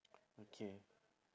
okay